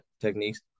techniques